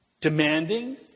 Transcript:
demanding